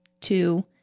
two